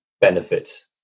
benefit